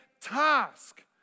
task